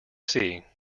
see